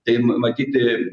tai nu matyti